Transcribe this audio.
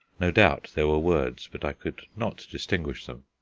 no doubt there were words, but i could not distinguish them.